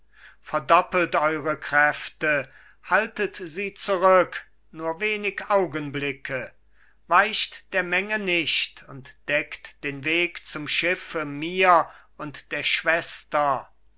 verdoppelt eure kräfte haltet sie zurück nur wenig augenblicke weicht der menge nicht und deckt den weg zum schiffe mir und der schwester